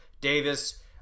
Davis